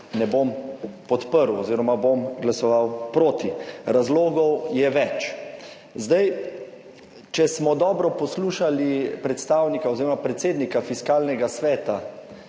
ne bom podprl oziroma bom glasoval proti. Razlogov je več. Če smo dobro poslušali predstavnika oziroma predsednika Fiskalnega sveta,